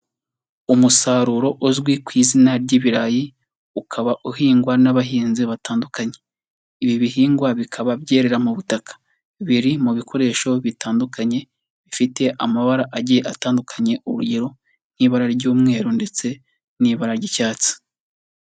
Umusaruro uzwi ku izina ry'ibirayi, ukaba uhingwa n'abahinzi batandukanye, ibi bihingwa bikaba byerera mu butaka, biri mu bikoresho bitandukanye bifite amabara agiye atandukanye, urugero nk'ibara ry'umweru ndetse n'ibara ry'icyatsi.